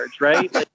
right